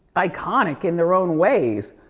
iconic in their own ways.